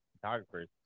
photographers